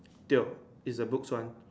tio is a books one